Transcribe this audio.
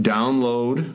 Download